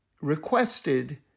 requested